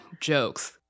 Jokes